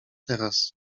teraz